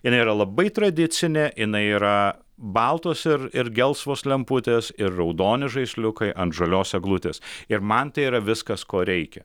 ir jinai yra labai tradicinė jinai yra baltos ir ir gelsvos lemputės ir raudoni žaisliukai ant žalios eglutės ir man tai yra viskas ko reikia